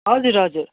हजुर हजुर